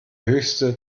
höchste